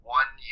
one